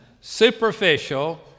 superficial